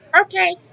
Okay